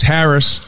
Harris